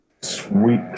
Sweet